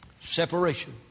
Separation